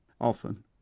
Often